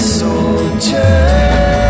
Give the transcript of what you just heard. soldier